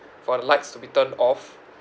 for the lights to be turned off